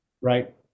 right